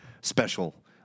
special